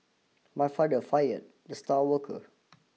my father fired the star worker